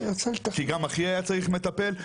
כי גם אחי היה צריך מטפל,